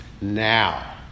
Now